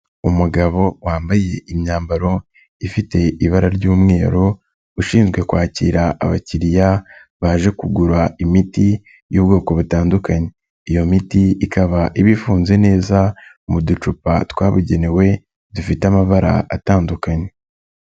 Umugabo wambaye imyambaro ifite ibara ry'umweru ushinzwe kwakira abakiriya baje kugura imiti y'ubwoko butandukanye. Iyo miti ikaba iba ifunze neza mu ducupa twabugenewe dufite amabara atandukanye.